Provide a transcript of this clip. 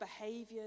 behaviors